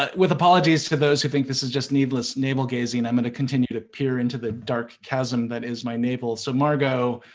um with apologies to those who think this is just needless navel gazing i'm going to continue to peer into the dark chasm that is my navel. so, margot,